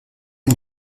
den